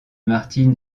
martin